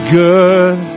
good